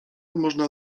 można